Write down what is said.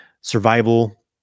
survival